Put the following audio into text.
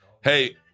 Hey